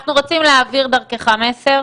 אנחנו רוצים להעביר דרכך מסר